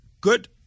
Good